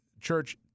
Church